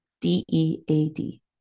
D-E-A-D